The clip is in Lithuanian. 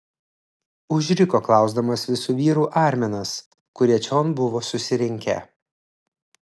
užriko klausdamas visų vyrų arminas kurie čion buvo susirinkę